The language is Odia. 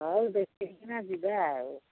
ହଉ ଦେଖିକିନା ଯିବା ଆଉ